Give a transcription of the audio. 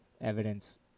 evidence